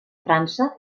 frança